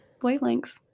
wavelengths